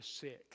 sick